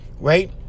right